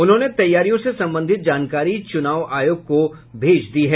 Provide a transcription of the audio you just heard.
उन्होंने तैयारियों से संबंधित जानकारी चुनाव आयोग को भेजी है